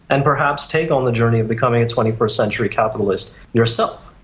and perhaps take on the journey of becoming a twenty first century capitalist yourself.